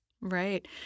Right